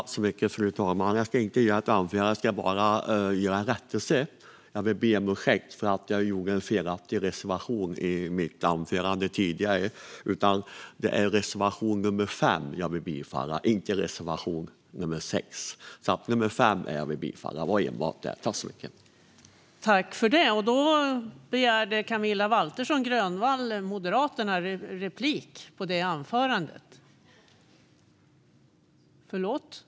Fru talman! Jag ska inte hålla ett anförande utan bara göra en rättelse. Jag vill be om ursäkt för att jag yrkade bifall till fel reservation i mitt anförande tidigare. Det är reservation nummer 5 jag vill yrka bifall till och inte reservation nummer 6. Nummer 5 är alltså den reservation som jag vill yrka bifall till. Det var enbart det.